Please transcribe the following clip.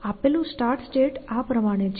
આપેલું start state આ પ્રમાણે છે